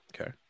Okay